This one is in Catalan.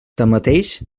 tanmateix